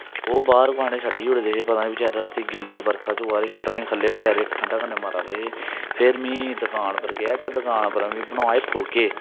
ओह् बाहर कुसै ने छड्डी ओड़दे हे पता निं बचारे रातीं गिली बरखा च होवा दे ख'ल्ल बेचारे ठंडा कन्नै मरा दे हे फिर मीं दकान उप्पर गेआ इक दकान उप्परा में बनवाए फुलके